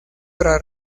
para